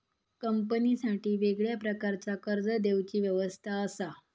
कंपनीसाठी वेगळ्या प्रकारचा कर्ज देवची व्यवस्था असा